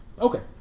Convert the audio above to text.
Okay